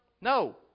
No